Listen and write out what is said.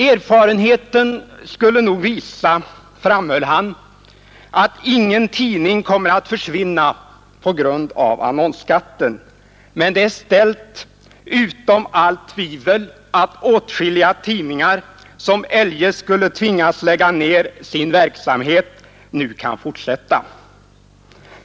Erfarenheten skulle nog visa, framhöll han, att ingen tidning skulle komma att försvinna på grund av annonsskatten, medan det däremot var ställt utom allt tvivel att åtskilliga tidningar som eljest skulle tvingas lägga ned sin verksamhet nu kunde fortsätta.